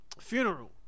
Funeral